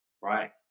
right